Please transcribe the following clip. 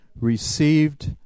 received